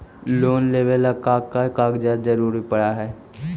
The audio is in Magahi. लोन लेवेला का का कागजात जरूरत पड़ हइ?